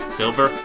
silver